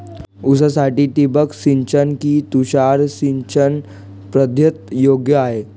ऊसासाठी ठिबक सिंचन कि तुषार सिंचन पद्धत योग्य आहे?